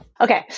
Okay